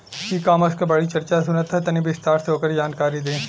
ई कॉमर्स क बड़ी चर्चा सुनात ह तनि विस्तार से ओकर जानकारी दी?